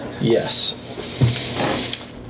Yes